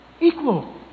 equal